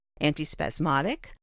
antispasmodic